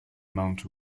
mount